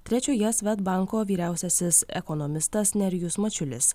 trečioje svedbanko vyriausiasis ekonomistas nerijus mačiulis